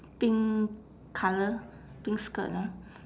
pink colour pink skirt ah